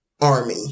army